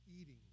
eating